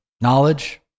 knowledge